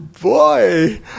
boy